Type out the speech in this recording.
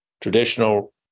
Traditional